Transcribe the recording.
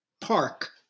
park